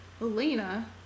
Elena